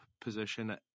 position